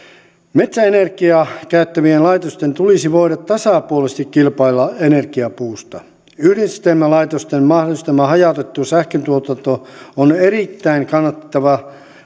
metsäenergiaa käyttävien laitosten tulisi voida tasapuolisesti kilpailla energiapuusta yhdistelmälaitosten mahdollistama hajautettu sähköntuotanto on erittäin kannatettavaa